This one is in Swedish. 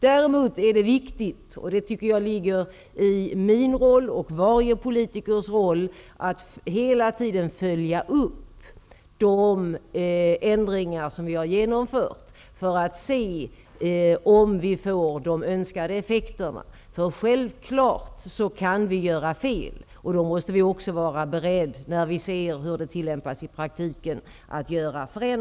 Däremot är det viktigt, och det tycker jag ligger i min och varje politikers roll, att hela tiden följa upp de ändringar som vi har genomfört, för att se om vi får de önskade effekterna. Självfallet kan vi göra fel, och vi måste också vara beredda att göra förändringar när vi ser hur lagen tillämpas i praktiken.